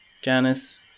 Janice